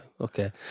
Okay